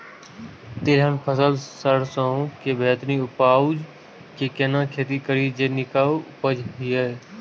तिलहन फसल सरसों के बेहतरीन उपजाऊ लेल केना खेती करी जे नीक उपज हिय?